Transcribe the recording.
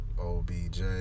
OBJ